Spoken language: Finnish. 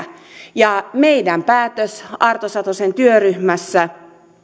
ja meidän päätöksemme arto satosen työryhmässä